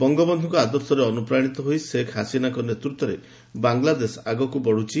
ବଙ୍ଗବନ୍ଧୁଙ୍କ ଆଦର୍ଶରେ ଅନୁପ୍ରାଣୀତ ହୋଇ ଶେଖ୍ ହସିନାଙ୍କ ନେତୃତ୍ୱରେ ବାଂଲାଦେଶ ଆଗକୁ ବଢୁଛି